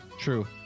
True